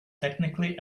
technically